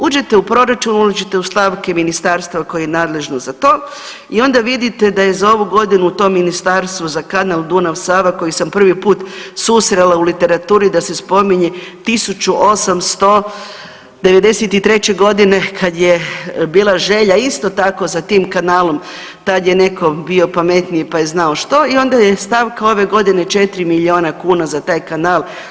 Uđete u proračun, ući ćete u stavke ministarstva koji je nadležan za to onda vidite da je za ovu godinu to ministarstvo za kanal Dunav – Sava koji sam prvi put susrela u literaturi da se spominje 1893. godine kada j e bila želja isto tako sa tim kanalom tada je netko bio pametniji pa je znao što i onda je stavka ove godine 4 milijuna kuna za taj kanal.